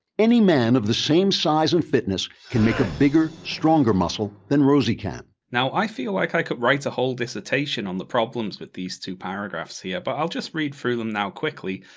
any man of the same size and fitness, can make a bigger, stronger muscle than rosie can. now, i feel, like i could write a whole dissertation, on the problems with these two paragraphs here. but i'll just read through them now quickly,